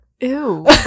Ew